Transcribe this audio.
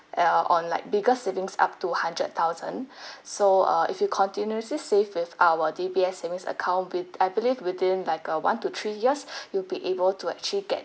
uh on like bigger savings up to hundred thousand so uh if you continuously save with our D_B_S savings account with I believe within like uh one to three years you'll be able to actually get